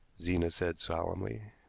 zena said solemnly.